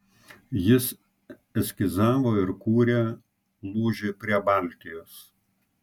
jis eskizavo ir kūrė lūžį prie baltijos